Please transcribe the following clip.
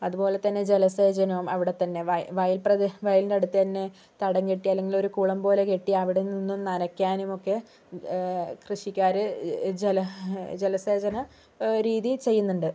അതുപോലെത്തന്നെ ജലസേചനം അവിടെത്തന്നെ വയൽ വയൽപ്രദേശ വയലിൻ്റെ അവിടെത്തന്നെ തടം കെട്ടി അല്ലെങ്കിൽ ഒരു കുളം പോലെ കെട്ടി അവിടെ നിന്ന് നനയ്ക്കാനുമൊക്കെ കൃഷിക്കാര് ജല ജലസേചന രീതി ചെയ്യുന്നുണ്ട്